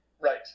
Right